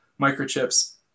microchips